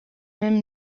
même